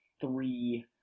three